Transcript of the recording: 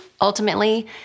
ultimately